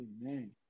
Amen